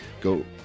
go